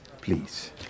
Please